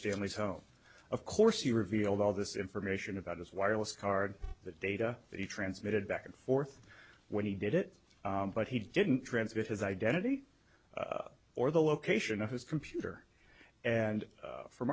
stanley's home of course he revealed all this information about his wireless card the data that he transmitted back and forth when he did it but he didn't transmit his identity or the location of his computer and from